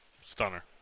Stunner